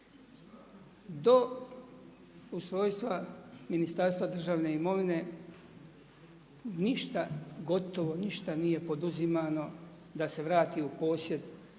Do ustrojstva Ministarstva državne imovine ništa, gotovo ništa nije poduzimano da se vrati u posjed